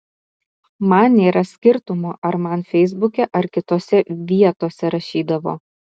man nėra skirtumo ar man feisbuke ar kitose vietose rašydavo